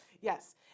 yes